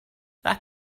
that